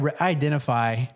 identify